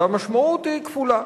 והמשמעות היא כפולה: